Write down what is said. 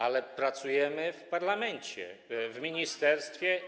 Ale pracujemy w parlamencie, w ministerstwie.